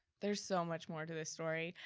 there's so much more to this story.